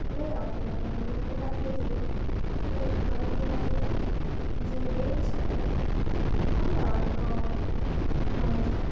લઈ આવતી મતલબ બધું અહીંયાથી જ લેતી પરંતુ મારી જે બહેન છે એ અમદાવાદ ભણે છે